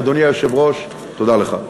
אדוני היושב-ראש, תודה לך.